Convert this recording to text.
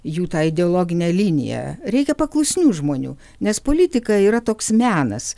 jų tą ideologinę liniją reikia paklusnių žmonių nes politika yra toks menas